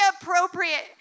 appropriate